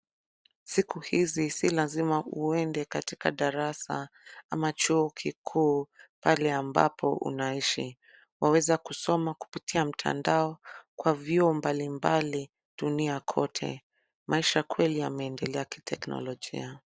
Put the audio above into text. Siku hizi si lazima uende katika darasa ama chuo kikuu , pale ambapo unaishi. Waweza kusoma kupitia mtandao kwa vyuo mbali mbali dunia kote .Maisha kweli yameendelea kiteknologia